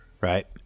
Right